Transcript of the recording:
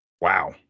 Wow